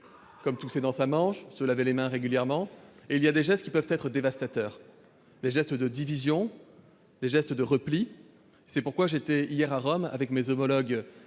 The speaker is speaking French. comme tousser dans sa manche et se laver les mains régulièrement, et il y a des gestes qui peuvent être dévastateurs : les gestes de division, les gestes de repli. C'est pourquoi j'étais hier à Rome, avec mes homologues